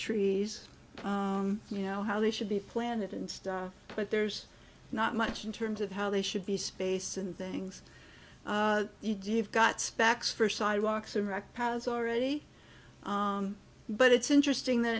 trees you know how they should be planted and stuff but there's not much in terms of how they should be space and things you do have got specs for sidewalks and rock has already but it's interesting that